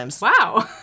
Wow